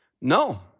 No